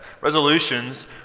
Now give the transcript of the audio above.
Resolutions